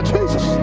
Jesus